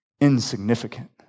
insignificant